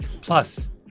Plus